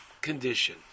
condition